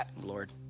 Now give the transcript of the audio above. Lord